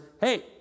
hey